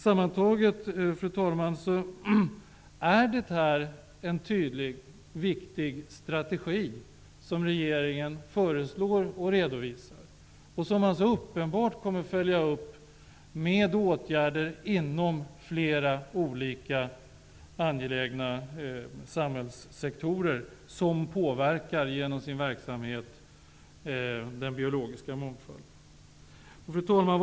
Sammantaget, fru talman, föreslår regeringen en tydlig och viktig strategi, som man naturligtvis kommer att följa upp med åtgärder inom flera olika angelägna samhällssektorer, vilka genom sin verksamhet påverkar den biologiska mångfalden. Fru talman!